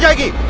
yeah get